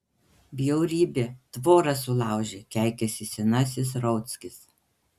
bjaurybė tvorą sulaužė keikiasi senasis rauckis